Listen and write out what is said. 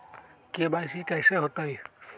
KYC कैसे होतई?